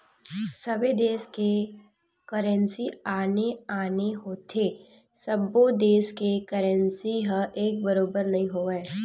सबे देस के करेंसी आने आने होथे सब्बो देस के करेंसी ह एक बरोबर नइ होवय